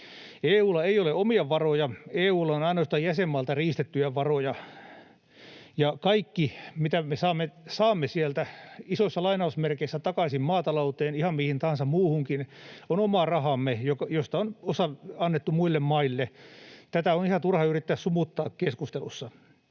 EU:lla ei ole omia varoja, EU:lla on ainoastaan jäsenmailta riistettyjä varoja, ja kaikki, mitä me saamme sieltä, isoissa lainausmerkeissä, takaisin maatalouteen, ihan mihin tahansa muuhunkin, on omaa rahaamme, josta on osa annettu muille maille. Tätä on ihan turha yrittää sumuttaa keskustelussa.